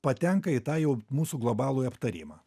patenka į tą jau mūsų globalų aptarimą